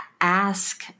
ask